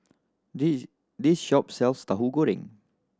this this shop sells Tauhu Goreng